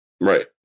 Right